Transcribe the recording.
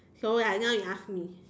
so like now you ask me